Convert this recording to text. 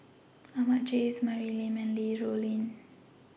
Ahmad Jais Mary Lim and Li Rulin